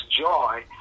joy